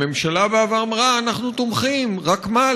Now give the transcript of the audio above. הממשלה באה ואמרה: אנחנו תומכים, רק מה?